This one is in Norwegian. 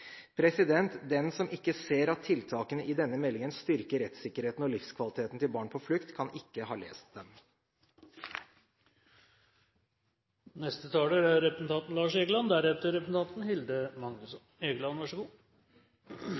opphold. Den som ikke ser at tiltakene i denne meldingen styrker rettssikkerheten og livskvaliteten til barn på flukt, kan ikke ha lest den. Mennesker på flukt er